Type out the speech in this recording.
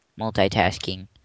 multitasking